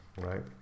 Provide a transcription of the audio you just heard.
right